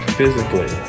physically